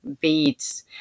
beads